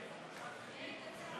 חבר הכנסת חיליק בר, מה רצית?